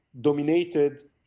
dominated